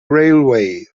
railway